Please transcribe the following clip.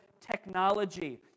technology